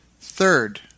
Third